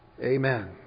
Amen